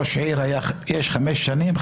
לראש עיר יש חמש שנים,